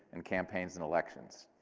and campaigns and elections.